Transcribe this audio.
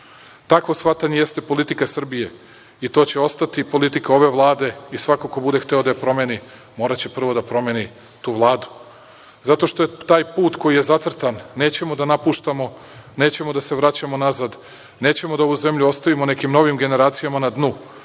shvatanje jeste politika Srbije i to će ostati i politika ove Vlade i svako ko bude hteo da je promeni moraće prvo da promeni tu Vladu, zato što je taj put koji je zacrtan, nećemo da napuštamo, nećemo da se vraćamo nazad, nećemo da ovu zemlju ostavimo nekim novim generacijama na dnu